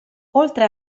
oltre